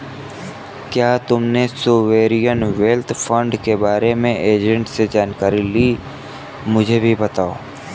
क्या तुमने sovereign wealth fund के बारे में एजेंट से जानकारी ली, मुझे भी बताओ